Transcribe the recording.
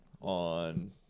on